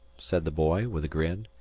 said the boy, with a grin.